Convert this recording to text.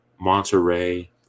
Monterey